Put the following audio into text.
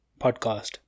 Podcast